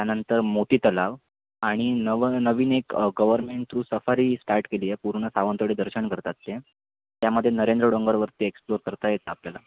त्यानंतर मोतीतलाव आणि नवनवीन एक गव्हर्मेंट थ्रू सफारी स्टार्ट केली आहे पूर्ण सावंतवाडी दर्शन करतात ते त्यामध्ये नरेंद्र डोंगरावरती एक्सप्लोअर करता येतं आपल्याला